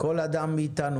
כל אדם מאתנו,